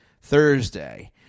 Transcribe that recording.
Thursday